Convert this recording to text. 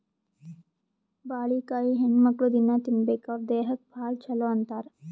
ಬಾಳಿಕಾಯಿ ಹೆಣ್ಣುಮಕ್ಕ್ಳು ದಿನ್ನಾ ತಿನ್ಬೇಕ್ ಅವ್ರ್ ದೇಹಕ್ಕ್ ಭಾಳ್ ಛಲೋ ಅಂತಾರ್